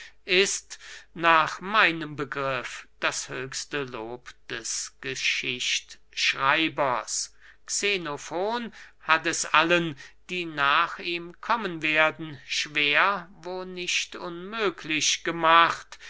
ist nach meinem begriff das höchste lob des geschichtschreibers xenofon hat es allen die nach ihm kommen werden schwer wo nicht unmöglich gemacht